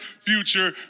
future